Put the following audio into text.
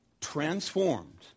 transformed